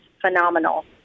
phenomenal